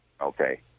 Okay